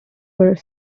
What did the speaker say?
were